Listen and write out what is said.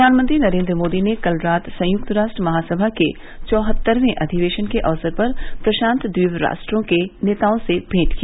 प्रधानमंत्री नरेन्द्र मोदी ने कल रात संयुक्त राष्ट्र महासभा के चौहत्तरवें अधिवेशन के अवसर पर प्रशान्त द्वीप राष्ट्रों के नेताओं से मेंट की